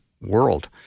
world